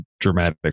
dramatic